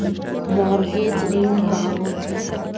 Mortgage ऋण का होथे?